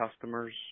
customers